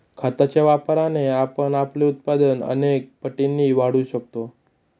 खताच्या वापराने आपण आपले उत्पादन अनेक पटींनी वाढवू शकतो